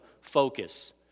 focus